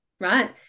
right